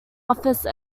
office